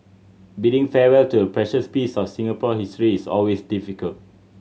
bidding farewell to a precious piece of Singapore history is always difficult